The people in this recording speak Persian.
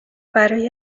برای